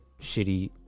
shitty